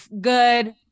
good